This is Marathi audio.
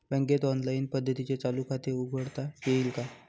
बँकेत ऑनलाईन पद्धतीने चालू खाते उघडता येईल का?